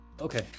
Okay